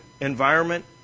environment